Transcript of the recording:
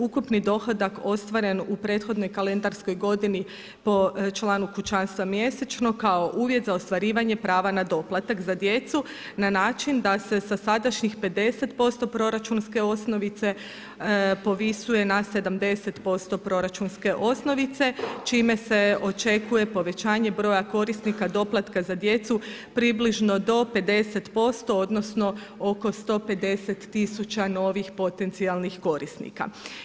Ukupni dohodak ostvaren u prethodnoj kalendarskoj godini po članu kućanstva mjesečno kao uvjet za ostvarivanje prava na doplatak za djecu na način da se sa sadašnjih 50% proračunske osnovice povisuje na 70% proračunske osnovice čime se očekuje povećanje broja korisnika doplatka za djecu približno do 50% odnosno 150.000 novih potencijalnih korisnika.